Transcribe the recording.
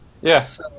Yes